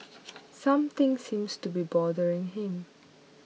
something seems to be bothering him